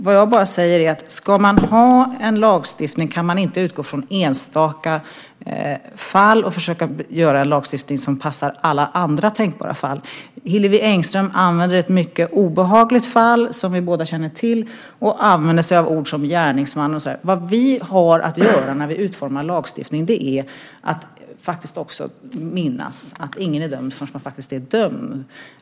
Vad jag säger är bara att ska man ha en lagstiftning går det inte att utgå från enstaka fall och försöka göra en lagstiftning som passar alla andra tänkbara fall. Hillevi Engström använder ett mycket obehagligt fall som vi båda känner till och använder sig av ordet "gärningsman". När vi utformar lagstiftning har vi också att minnas att ingen är dömd förrän vederbörande faktiskt är dömd.